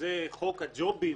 שזה חוק הג'ובים